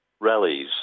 rallies